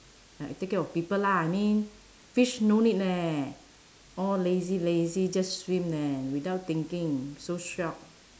like take care of people lah I mean fish no need leh all lazy lazy just swim neh without thinking so shiok